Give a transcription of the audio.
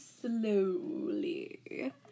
slowly